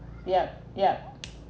yup yup